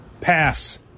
Pass